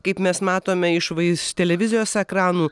kaip mes matome iš vais televizijos ekranų